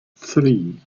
three